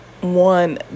One